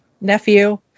nephew